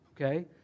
Okay